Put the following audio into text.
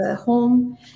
home